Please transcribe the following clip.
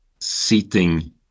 seating